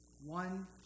one